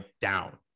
down